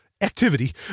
activity